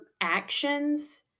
actions